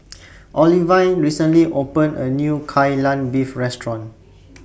Olivine recently opened A New Kai Lan Beef Restaurant